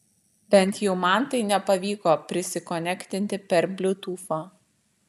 bent jau man tai nepavyko prisikonektinti per bliutūfą